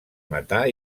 matar